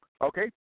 Okay